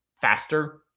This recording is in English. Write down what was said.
faster